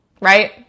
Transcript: right